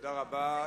תודה רבה.